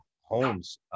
homes